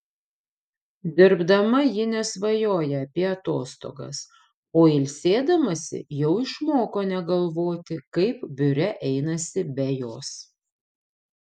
dirbdama ji nesvajoja apie atostogas o ilsėdamasi jau išmoko negalvoti kaip biure einasi be jos